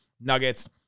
Nuggets